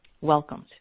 welcomed